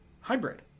hybrid